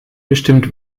bestimmt